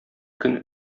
көн